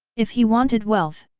if he wanted wealth,